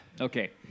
Okay